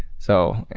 so,